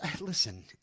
Listen